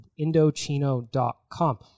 Indochino.com